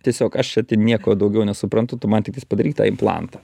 tiesiog aš nieko daugiau nesuprantu tu man tiktais padaryk tą implantą